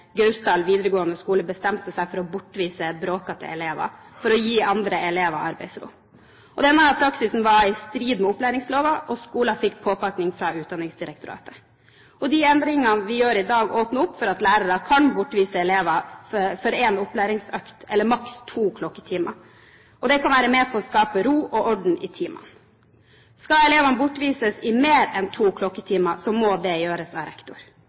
Gausdal videregående skole bestemte seg for å bortvise bråkete elever for å gi andre elever arbeidsro. Denne praksisen var da i strid med opplæringsloven, og skolen fikk påpakning fra Utdanningsdirektoratet. De endringene vi gjør i dag, åpner for at lærere kan bortvise elever fra én opplæringsøkt, eller maks to klokketimer. Det kan være med på å skape ro og orden i timene. Skal elevene bortvises i mer enn to klokketimer, må dette gjøres av rektor.